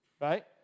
right